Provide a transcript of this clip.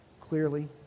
clearly